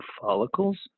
follicles